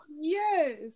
yes